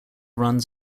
runs